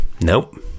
Nope